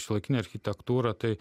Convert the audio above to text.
šiuolaikinė architektūra tai